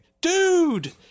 dude